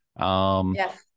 Yes